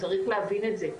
צריך להבין את זה,